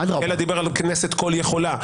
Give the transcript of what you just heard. אלא דיבר על הכנסת כל-יכולה.